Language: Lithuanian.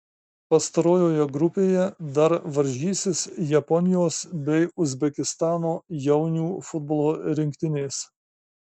pastarojoje grupėje dar varžysis japonijos bei uzbekistano jaunių futbolo rinktinės